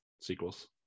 sequels